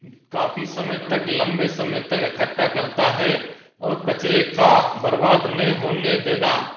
काफ़ी समय तक लम्बे समय तक इकठ्ठा करता है और कचरे का बर्बाद न होने देना